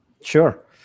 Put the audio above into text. Sure